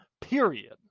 period